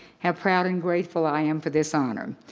how proud and grateful i am for this honor.